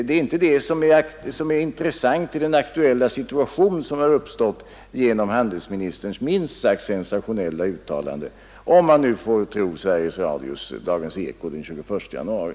Det är inte det som är intressant i den situation som har uppstått genom det minst sagt sensationella uttalande som handelsministern gjort, om man får tro Dagens eko den 21 januari.